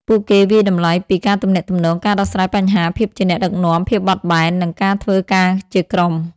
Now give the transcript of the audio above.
ពួកគេវាយតម្លៃពី ការទំនាក់ទំនង ការដោះស្រាយបញ្ហា ភាពជាអ្នកដឹកនាំ ភាពបត់បែន និងការធ្វើការជាក្រុម។